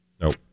Nope